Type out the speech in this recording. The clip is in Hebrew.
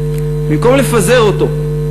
במקום לפזר אותו,